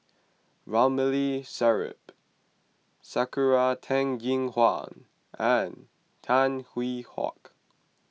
Ramli Sarip Sakura Teng Ying Hua and Tan Hwee Hock